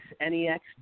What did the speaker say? N-E-X